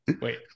wait